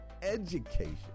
education